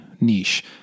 niche